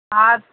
हां